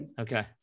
Okay